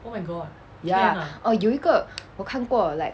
ya orh 有一个我看过 like